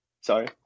Sorry